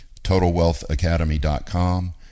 TotalWealthAcademy.com